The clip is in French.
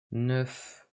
neuf